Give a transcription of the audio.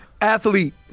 Athlete